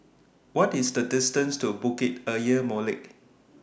What IS The distance to Bukit Ayer Molek